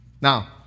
Now